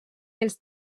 els